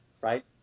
right